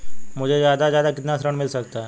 मुझे ज्यादा से ज्यादा कितना ऋण मिल सकता है?